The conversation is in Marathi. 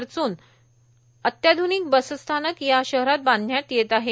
खर्च्न अत्याध्निक बसस्थानक या शहरात बांधण्यात येत आहे